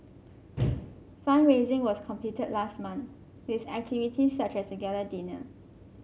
fund raising was completed last month with activities such as a gala dinner